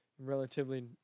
relatively